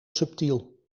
subtiel